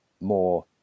more